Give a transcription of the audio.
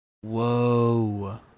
Whoa